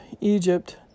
Egypt